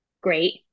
great